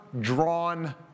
drawn